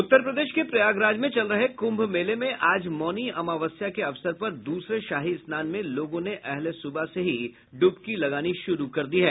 उत्तर प्रदेश के प्रयागराज में चल रहे कुंभ मेले में आज मौनी अमावस्या के अवसर पर द्रसरे शाही स्नान में लोगों ने अहले सुबह से ही डुबकी लगानी शुरू कर दी है